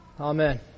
Amen